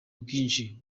bwinshi